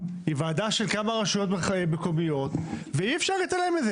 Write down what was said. היא ועדה של כמה רשויות מקומיות ואי אפשר להתעלם מזה.